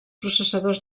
processadors